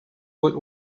with